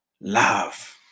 Love